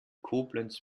koblenz